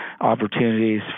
opportunities